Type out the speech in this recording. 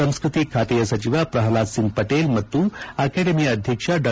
ಸಂಸ್ಕೃತಿ ಖಾತೆಯ ಸಚಿವ ಪ್ರಹ್ಲಾದ್ ಸಿಂಗ್ ಪಟೇಲ್ ಮತ್ತು ಅಕಾಡೆಮಿಯ ಅಧ್ಯಕ್ಷ ಡಾ